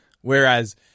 whereas